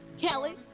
Kelly